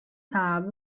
pub